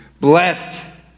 Blessed